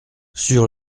sur